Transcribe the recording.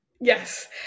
Yes